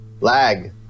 lag